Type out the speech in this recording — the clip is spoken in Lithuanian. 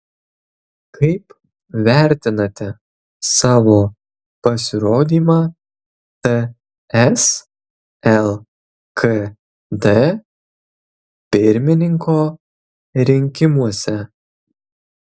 kaip vertinate savo pasirodymą ts lkd pirmininko rinkimuose